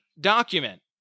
document